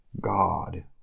God